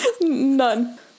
none